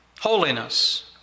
holiness